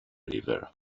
river